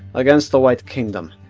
against the white kingdom.